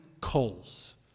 coals